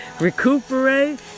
recuperate